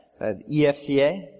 EFCA